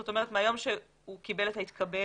זאת אומרת, מהיום שהוא קיבל את ה-התקבל.